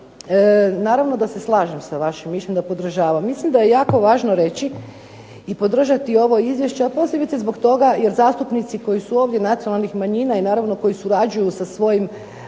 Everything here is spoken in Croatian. naravno da se slažem sa vašem mišljenjem, da podržavam, mislim da je jako važno reći i podržati ovo izvješće, a posebice zbog toga jer zastupnici koji su ovdje nacionalnih manjina i naravno koji surađuju sa svojim